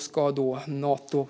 ska Nato